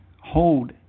hold